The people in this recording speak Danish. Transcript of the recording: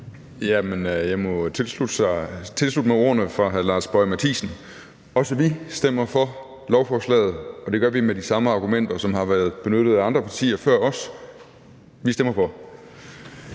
jeg må tilslutte mig ordene fra hr. Lars Boje Mathiesen. Også vi stemmer for lovforslaget, og det gør vi med de samme argumenter, som har været benyttet af andre partier før os. Vi stemmer for.